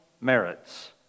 merits